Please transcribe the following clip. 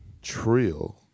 Trill